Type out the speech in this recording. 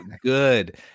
good